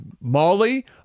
Molly